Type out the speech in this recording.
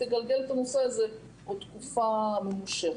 תגלגל את הנושא הזה עוד תקופה ממושכת.